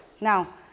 Now